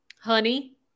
honey